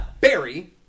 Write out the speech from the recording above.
Barry